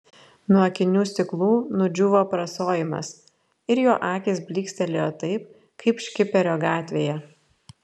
nuo akinių stiklų nudžiūvo aprasojimas ir jo akys blykstelėjo taip kaip škiperio gatvėje